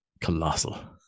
colossal